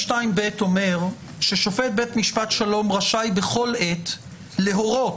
220ב אומר ששופט בית משפט שלום רשאי בכל עת להורות,